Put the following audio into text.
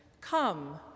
Come